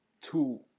two